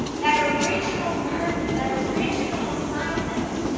that original burden, that original assignment.